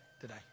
today